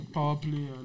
Powerplay